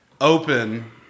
open